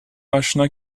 آشنا